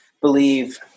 believe